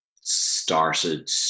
started